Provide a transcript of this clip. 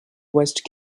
west